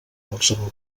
qualsevol